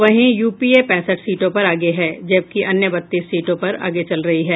वहीं यूपीए पैंसठ सीटों पर आगे है जबकि अन्य बत्तीस सीटों पर आगे चल रही हैं